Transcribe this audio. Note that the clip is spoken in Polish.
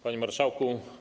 Panie Marszałku!